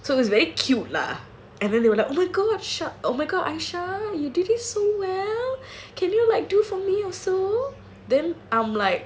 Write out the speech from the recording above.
so it's very cute lah and then they were like oh my god shut oh my god isharah you did it so well can you like do for me also then I'm like